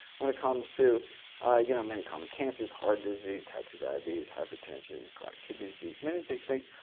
when it comes to you know many common cancers, heart disease, type two diabetes, hypertension, chronic kidney disease, many these things,